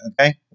okay